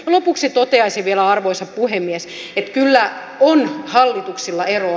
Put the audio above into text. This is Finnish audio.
lopuksi toteaisin vielä arvoisa puhemies että kyllä on hallituksilla eroa